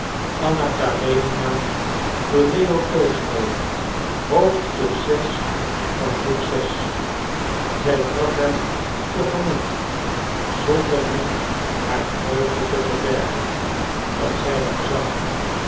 zij trad hem te gemoet zonder hem haar vreugde te verbergen dat zij hem zag